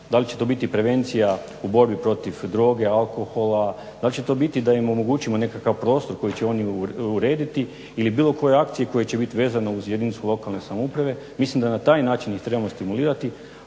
Da li će to biti prevencija u borbi protiv droge, alkohola, da li će to biti da im omogućimo nekakav prostor koji će oni urediti ili bilo koje akcije koje će biti vezane uz jedinicu lokalne samouprave. Mislim da na taj način ih trebamo stimulirati,